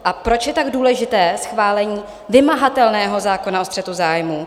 A proč je tak důležité schválení vymahatelného zákona o střetu zájmů?